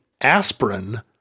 aspirin